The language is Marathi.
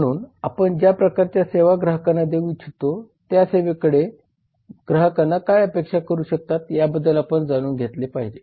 म्हणून आपण ज्या प्रकारच्या सेवा ग्राहकांना देऊ इच्छितो त्यासेवेकडून ग्राहक काय अपेक्षा करू शकतात याबद्दल आपण जाणून घेतले पाहिजे